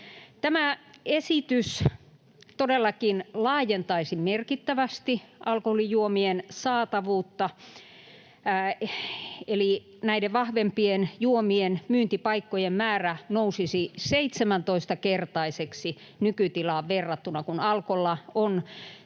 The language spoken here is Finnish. Tämä esitys todellakin laajentaisi merkittävästi alkoholijuomien saatavuutta. Näiden vahvempien juomien myyntipaikkojen määrä nousisi 17-kertaiseksi nykytilaan verrattuna. Kun Alkolla on